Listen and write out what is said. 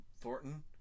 Thornton